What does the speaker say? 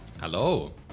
Hello